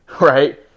right